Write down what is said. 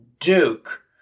Duke